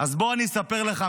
אז בוא אני אספר לך,